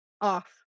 off